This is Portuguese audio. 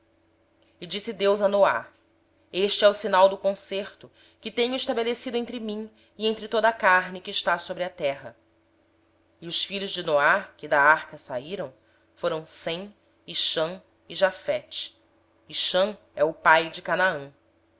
terra disse deus a noé ainda esse é o sinal do pacto que tenho estabelecido entre mim e toda a carne que está sobre a terra ora os filhos de noé que saíram da arca foram sem cão e jafé e cão é o pai de canaã